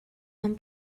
van